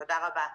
תודה רבה.